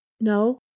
No